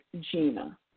Gina